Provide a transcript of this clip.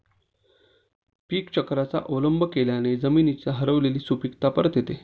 पीकचक्राचा अवलंब केल्याने जमिनीची हरवलेली सुपीकता परत येते